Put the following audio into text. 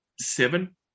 seven